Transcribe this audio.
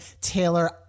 Taylor